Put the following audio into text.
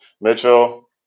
Mitchell